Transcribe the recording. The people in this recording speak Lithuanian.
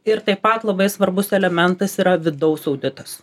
ir taip pat labai svarbus elementas yra vidaus auditas